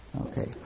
Okay